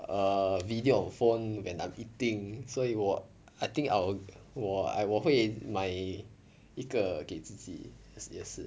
err video on phone when I'm eating 所以我 I think I will 我 uh 我会买一个给自己也是